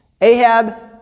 Ahab